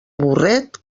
burret